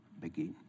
begin